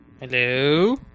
Hello